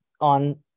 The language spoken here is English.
on